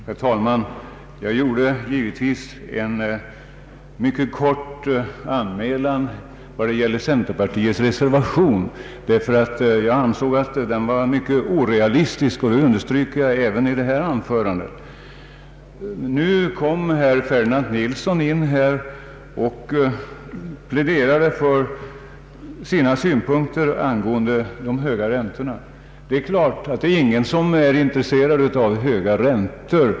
Herr talman! Jag gjorde givetvis en mycket kort anmälan om centerpartiets reservation, ty jag ansåg den vara mycket orealistisk. Det understryker jag även i detta anförande. Herr Ferdinand Nilsson pläderade nyss för sina synpunkter angående de höga räntorna. Det är klart att ingen är intresserad av höga räntor.